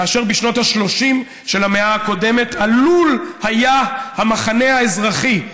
כאשר בשנות ה-30 של המאה הקודמת עלול היה המחנה האזרחי,